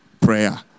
prayer